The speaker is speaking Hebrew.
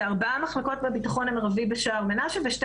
אלה ארבע מחלקות בביטחון המרבי בשער מנשה ושתי